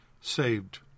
saved